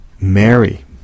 Mary